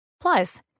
Plus